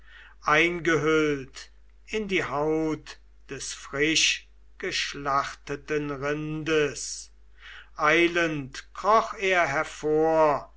eingehüllt in die haut des frischgeschlachteten rindes eilend kroch er hervor